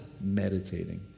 Meditating